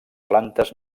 plantes